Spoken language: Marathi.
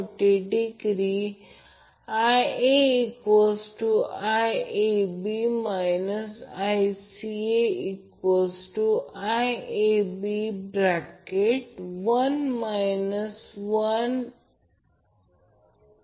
मी एक दाखवले हे येथे सर्व node A node B node C येथे KCL लागू करा आणि हे समीकरण मिळेल